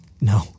No